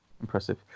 impressive